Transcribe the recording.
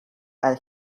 and